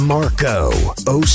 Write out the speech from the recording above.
Marco